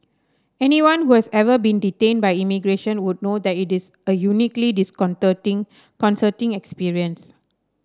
anyone who has ever been detained by immigration would know that it is a uniquely concerting experience